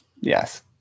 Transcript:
Yes